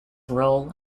role